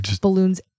balloons